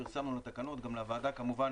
פרסמנו את התקנות גם לוועדה כמובן,